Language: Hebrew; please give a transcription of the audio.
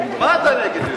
מה אתה נגד?